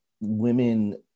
women